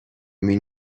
mean